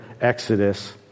Exodus